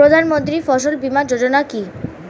প্রধানমন্ত্রী ফসল বীমা যোজনা কি?